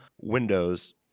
windows